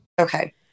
Okay